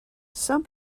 some